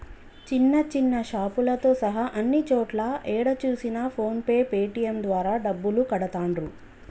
చిన్న చిన్న షాపులతో సహా అన్ని చోట్లా ఏడ చూసినా ఫోన్ పే పేటీఎం ద్వారా డబ్బులు కడతాండ్రు